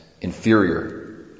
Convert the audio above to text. inferior